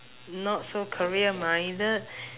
not so career minded